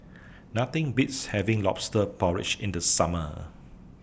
Nothing Beats having Lobster Porridge in The Summer